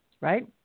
right